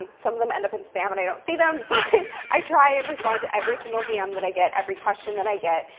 um some of them end up in spam and i don't see them, but i try and respond to every single dm that i get, every question that i get.